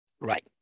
Right